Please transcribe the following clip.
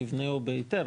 המבנה הוא בהיתר,